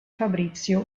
fabrizio